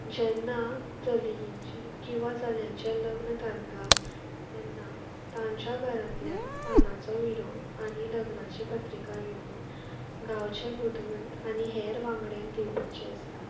जेन्ना चलयेची किंवां चल्याचें लग्न थारता तेन्ना तांच्या घरांतल्यान पानाचो विडो आनी लग्नाची पत्रिका घेवन गांवचे बुदवंत आनी हेर वांगड्यांक दिवपाची आसता